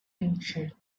ancient